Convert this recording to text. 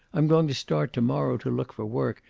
i'm going to start to-morrow to look for work,